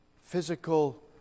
physical